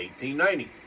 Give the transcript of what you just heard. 1890